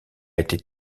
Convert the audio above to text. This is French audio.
été